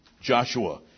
Joshua